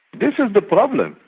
this is the problem.